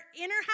inner